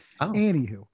Anywho